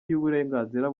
y’uburenganzira